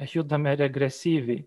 judame regresyviai